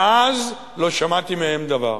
מאז לא שמעתי מהם דבר.